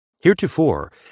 Heretofore